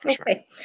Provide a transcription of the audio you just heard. Okay